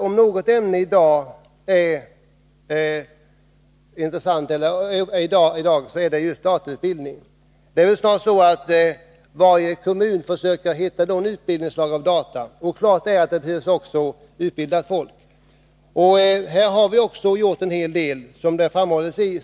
Om någon utbildning är aktuell i dag, så är det just datautbildningen. Snart sagt varje kommun försöker nu föra in något slag av utbildning på dataområdet. Självfallet behövs det också utbildat folk. Som framhållits i betänkandet har vi också gjort en hel del på detta område.